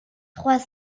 trois